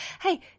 hey